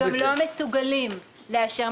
רגע, הם גם לא מסוגלים לאשר מלונאות.